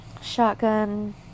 Shotgun